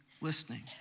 listening